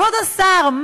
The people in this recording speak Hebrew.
כבוד השר,